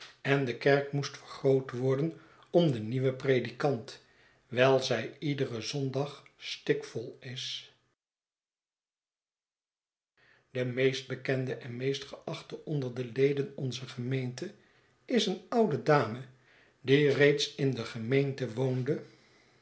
en de kerk moest vergroot worden om den nieuwen predikant wijl zij iederen zondag stik vol is de meest bekende en meest geachte onder de leden onzer gemeente is een oude dame die reeds in de gemeente woonde